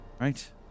Right